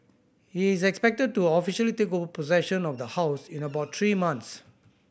he is expected to officially take over possession of the house in about three months